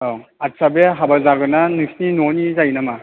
औ आथसा बे हाबा जागोना नोंसिनि न'नि जायो नामा